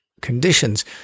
conditions